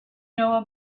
know